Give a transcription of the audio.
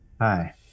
Hi